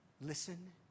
Listen